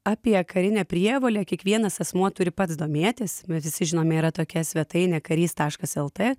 apie karinę prievolę kiekvienas asmuo turi pats domėtis mes visi žinome yra tokia svetainė karys taškas lt